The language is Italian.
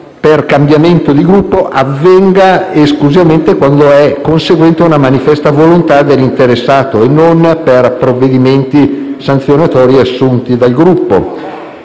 per cambiamento di Gruppo avvenga esclusivamente quando è conseguente a una manifesta volontà dell'interessato e non per provvedimenti sanzionatori assunti dal Gruppo.